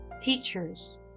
teachers